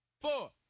Four